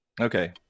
Okay